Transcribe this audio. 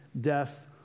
death